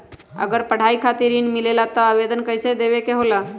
अगर पढ़ाई खातीर ऋण मिले ला त आवेदन कईसे देवे के होला?